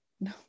No